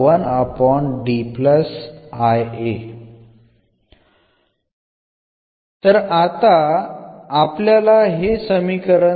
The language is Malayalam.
നമ്മൾ ഇവിടെ ആദ്യത്തേത് പരിഗണിക്കുന്നു